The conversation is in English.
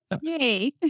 Yay